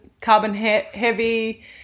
carbon-heavy